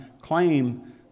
claim